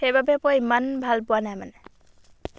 সেইবাবে মই ইমান ভাল পোৱা নাই মানে